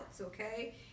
okay